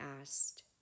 asked